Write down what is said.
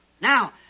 Now